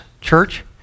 church